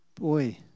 Boy